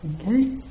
Okay